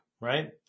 right